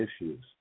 issues